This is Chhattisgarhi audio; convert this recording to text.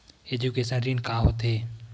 एजुकेशन ऋण का होथे?